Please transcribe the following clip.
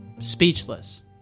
Speechless